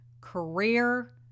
career